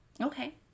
Okay